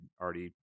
already